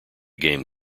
game